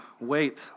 wait